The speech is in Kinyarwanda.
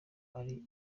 ari